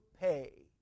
pay